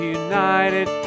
united